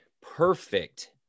perfect